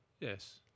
Yes